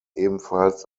ebenfalls